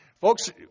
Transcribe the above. Folks